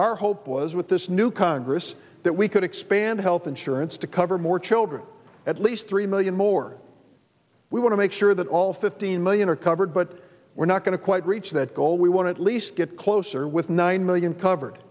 our hope was with this new congress that we could expand health insurance to cover more children at least three million more we want to make sure that all fifteen million are covered but we're not going to quite reach that goal we wanted at least get closer with nine million covered